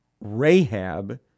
Rahab